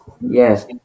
Yes